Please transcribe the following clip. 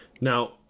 Now